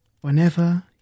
whenever